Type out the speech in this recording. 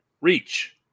reach